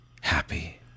happy